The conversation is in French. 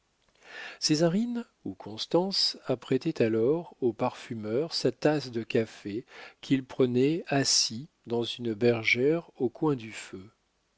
apprentis césarine ou constance apprêtait alors au parfumeur sa tasse de café qu'il prenait assis dans une bergère au coin du feu